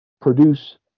produce